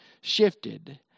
shifted